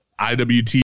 iwt